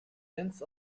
ends